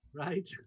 Right